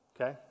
Okay